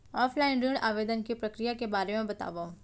Offline ऋण आवेदन के प्रक्रिया के बारे म बतावव?